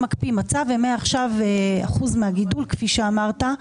מקפיא מצב ומעכשיו אחוז מהגידול כפי שאמרת,